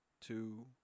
two